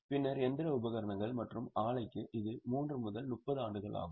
பின்னர் இயந்திர உபகரணங்கள் மற்றும் ஆலைக்கு இது 3 முதல் 30 ஆண்டுகள் ஆகும்